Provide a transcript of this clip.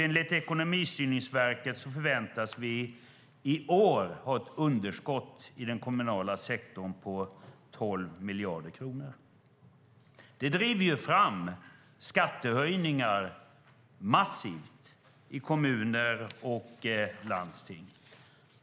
Enligt Ekonomistyrningsverket förväntas vi i år ha ett underskott i den kommunala sektorn på 12 miljarder kronor. Det driver fram skattehöjningar massivt i kommuner och landsting.